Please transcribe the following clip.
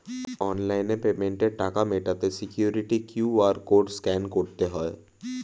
online পেমেন্টে টাকা মেটাতে সিকিউরিটি কিউ.আর কোড স্ক্যান করতে হয়